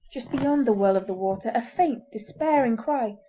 just beyond the whirl of the water, a faint, despairing cry.